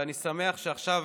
ואני שמח שעכשיו,